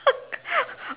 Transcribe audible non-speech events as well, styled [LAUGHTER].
[LAUGHS]